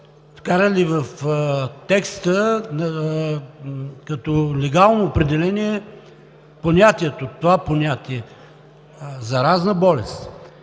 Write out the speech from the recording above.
вкарали в текста като легално определение това понятие „заразна болест“.